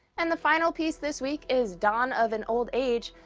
and the final piece this week is dawn of an old age,